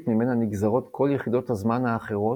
ממנה נגזרות כל יחידות הזמן האחרות,